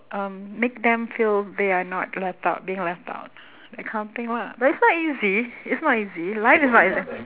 um make them feel they are not left out being left out that kind of thing lah but it's not easy it's not easy life is not eas~